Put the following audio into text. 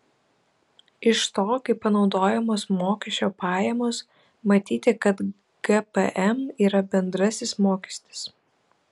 iš to kaip panaudojamos mokesčio pajamos matyti kad gpm yra bendrasis mokestis